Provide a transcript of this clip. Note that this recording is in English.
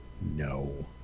No